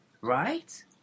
right